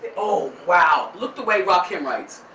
oh wow, look the way rakim writes.